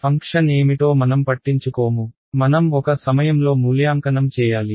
function ఏమిటో మనం పట్టించుకోము మనం ఒక సమయంలో మూల్యాంకనం చేయాలి